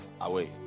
away